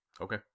Okay